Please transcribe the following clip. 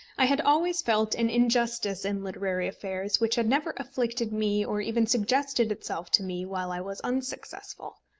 i had always felt an injustice in literary affairs which had never afflicted me or even suggested itself to me while i was unsuccessful.